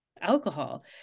alcohol